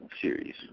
series